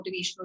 motivational